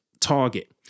target